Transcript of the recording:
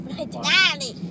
Daddy